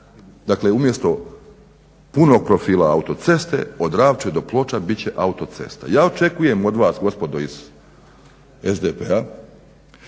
Dakle umjesto punog profila autocesta od Dravče do Ploča bit će autocesta. Ja očekujem od vas gospodo iz SDP-a